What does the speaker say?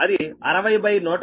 అది 60128